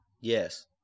Yes